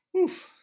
Oof